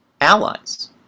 allies